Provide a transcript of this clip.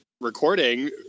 recording